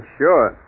sure